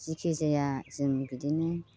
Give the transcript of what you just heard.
जायखिजाया जों बिदिनो